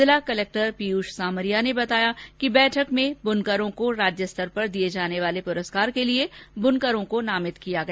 जिला कलेक्टर पीयूष सामरिया ने बताया कि बैठक में बुनकरों को राज्यस्तर पर दिये जाने वाले पुरस्कार के लिए बुनकरों को नामित किया गया